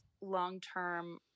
long-term